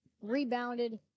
Rebounded